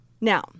Now